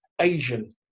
Asian